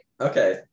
okay